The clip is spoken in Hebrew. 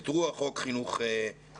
את רוח חוק חינוך חינם.